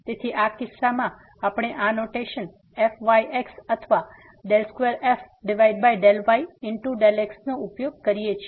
તેથી આ કિસ્સામાં આપણે આ નોટેશન fyx અથવા 2f∂y∂x નો ઉપયોગ કરીએ છીએ